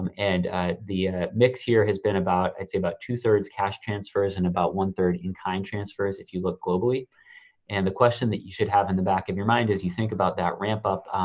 um and the mix here has been about, i'd say about two thirds cash transfers and about one third in kind transfers if you look globally and the question that you should have in the back of your mind, as you think about that ramp up,